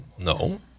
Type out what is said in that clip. no